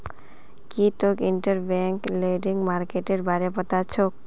की तोक interbank lending मार्केटेर बारे पता छोक